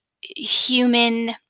human